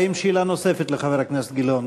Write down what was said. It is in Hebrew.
האם יש שאלה נוספת לחבר הכנסת גילאון?